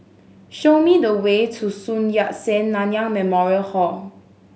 show me the way to Sun Yat Sen Nanyang Memorial Hall